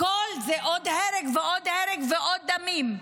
הכול זה עוד הרג ועוד הרג, ועוד דמים.